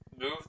move